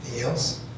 else